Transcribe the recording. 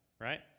right